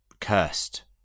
cursed